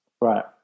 Right